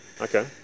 Okay